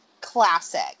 classic